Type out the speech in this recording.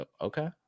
Okay